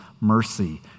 mercy